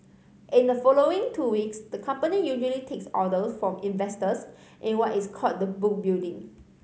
in the following two weeks the company usually takes orders from investors in what is called the book building